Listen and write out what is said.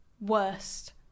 worst